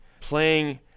playing